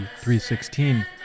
3.16